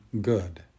good